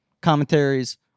commentaries